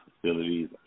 facilities